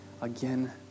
again